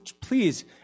please